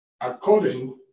according